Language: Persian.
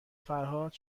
فرهاد